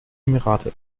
emirate